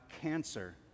cancer